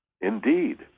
Indeed